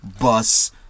bus